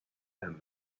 and